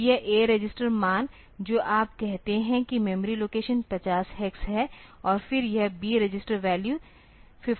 तो यह A register मान जो आप कहते हैं कि मेमोरी लोकेशन 50 हेक्स है और फिर यह B रजिस्टर वैल्यू 51 में सेव होगी